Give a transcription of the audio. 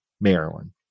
Maryland